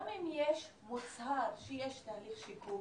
גם אם מוצהר שיש תהליך שיקום,